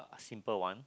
simple one